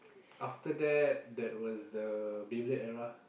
after that that was the Beyblade era